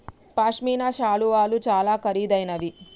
పశ్మిన శాలువాలు చాలా ఖరీదైనవి